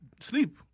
Sleep